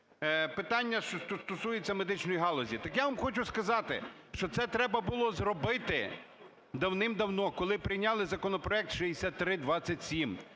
питання, що стосуються медичної галузі. Так я вам хочу сказати, що це треба було зробити давним-давно, коли прийняли законопроект 6327.